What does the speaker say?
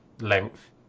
length